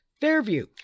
Fairview